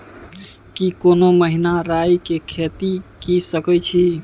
की कोनो महिना राई के खेती के सकैछी?